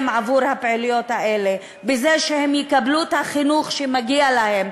עבור הפעילויות האלה בזה שהם יקבלו את החינוך שמגיע להם,